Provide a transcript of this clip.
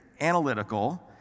analytical